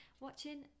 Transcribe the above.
watching